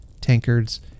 tankards